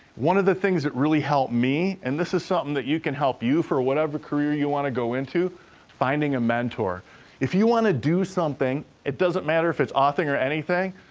one of the things that really helped me and this is something that you can help you for whatever career you wanna go into finding a mentor. if you wanna do something, it doesn't matter if it's authoring or anything,